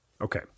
Okay